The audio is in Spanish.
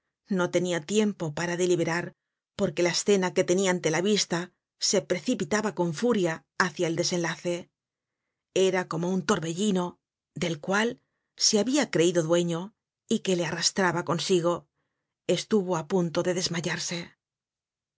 no tenia tiempo para deliberar porque la escena que tenia ante la vista se precipitaba con furia hácia el desenlace era como un torbellino del cual se habia creido dueño y que le arrastraba consigo estuvo á punto de desmayarse